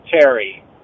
Terry